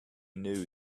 knew